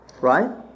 Right